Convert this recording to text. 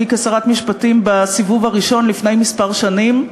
כשרת משפטים בסיבוב הראשון לפני כמה שנים,